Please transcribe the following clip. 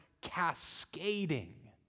cascading